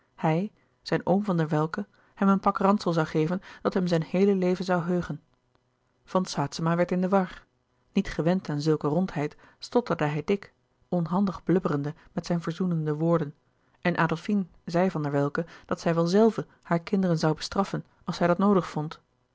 hij zijn oom van der welcke hem een pak ransel zoû geven dat hem zijn heele leven zoû heugen van saetzema werd in de war niet gewend aan zulke rondheid stotterde hij dik onhandig blubberende met zijn verzoenende woorden en adolfine zei van der welcke dat zij wel zelve haar kinderen zoû bestraffen als zij dat noodig vond